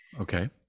Okay